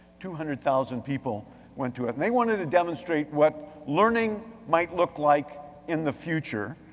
two hundred thousand people went to it. and they wanted to demonstrate what learning might look like in the future.